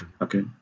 okay